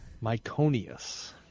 Myconius